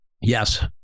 Yes